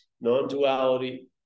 non-duality